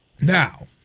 Now